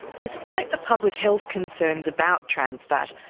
despite the public health concerns about trans fat,